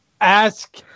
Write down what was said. Ask